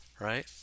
Right